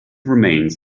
remains